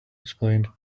explained